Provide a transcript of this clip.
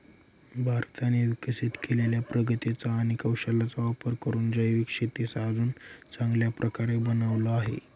भारताने विकसित केलेल्या प्रगतीचा आणि कौशल्याचा वापर करून जैविक शेतीस अजून चांगल्या प्रकारे बनवले आहे